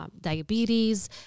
diabetes